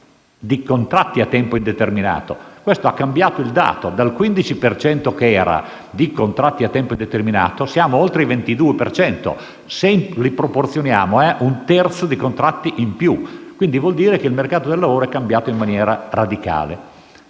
di contratti a tempo indeterminato. Questo ha cambiato il dato: dal 15 per cento di contratti a tempo indeterminato siamo ad oltre il 22 per cento. Se li proporzioniamo, si tratta di un terzo di contratti in più; quindi vuol dire che il mercato del lavoro è cambiato in maniera radicale.